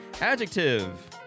Adjective